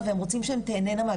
כמו שאמרו